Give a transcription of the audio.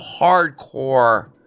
hardcore